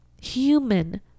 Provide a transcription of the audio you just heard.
human